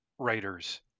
Writers